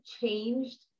changed